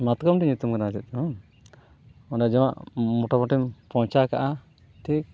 ᱢᱟᱛᱠᱚᱢᱰᱤ ᱧᱩᱛᱩᱢ ᱠᱟᱱᱟ ᱪᱮᱫ ᱪᱚᱝ ᱚᱸᱰᱮ ᱡᱚᱢᱟᱜ ᱢᱚᱴᱟᱢᱩᱴᱤᱢ ᱯᱚᱦᱪᱟᱣ ᱠᱟᱜᱼᱟ ᱴᱷᱤᱠ